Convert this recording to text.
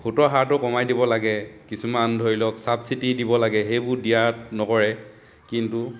সুতৰ হাৰটো কমাই দিব লাগে কিছুমান ধৰি লওক চাবচিডী দিব লাগে সেইবোৰ দিয়াত নকৰে কিন্তু